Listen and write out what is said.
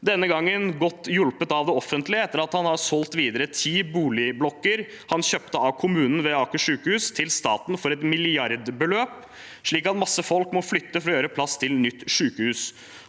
denne gangen godt hjulpet av det offentlige, etter at han har solgt videre ti boligblokker han kjøpte av kommunen ved Aker sykehus, til staten for et milliardbeløp, slik at masse folk må flytte for å gjøre plass til nytt sjukehus.